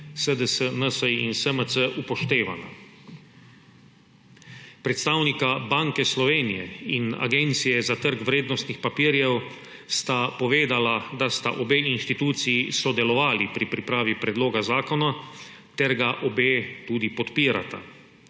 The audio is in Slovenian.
SDS, NSi in SMC upoštevana. Predstavnika Banke Slovenije in Agencije za trg vrednostnih papirjev sta povedala, da sta obe instituciji sodelovali pri pripravi predloga zakona ter ga obe tudi podpirata.